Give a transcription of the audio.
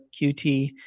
QT